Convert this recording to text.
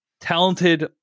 talented